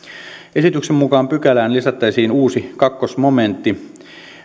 esityksen mukaan pykälään lisättäisiin uusi toinen momentti